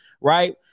right